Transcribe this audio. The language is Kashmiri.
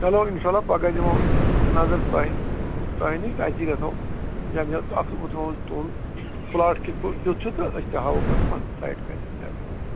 چلو اِنشاء اللہ پگاہ دِمو نظر تۄہہِ تۄہہِ نِش تہٕ اَتی گژھو یَکجا تہٕ اَکھتُے أسۍ تُہُنٛد پٕلاٹ کِتھ پٲٹھۍ کیُتھ چھُ تہٕ أسۍ تہِ ہاوَو پَتہٕ پنٕنۍ سایٹ کَتٮ۪ن کیٛاہ دٔلیٖلہ